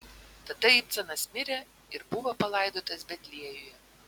tada ibcanas mirė ir buvo palaidotas betliejuje